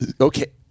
okay